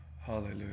Hallelujah